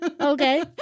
Okay